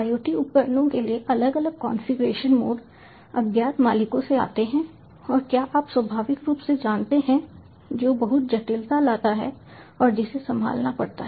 IoT उपकरणों के लिए अलग अलग कॉन्फ़िगरेशन मोड अज्ञात मालिकों से आते हैं और क्या आप स्वाभाविक रूप से जानते हैं जो बहुत जटिलता लाता है और जिसे संभालना पड़ता है